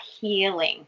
healing